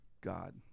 God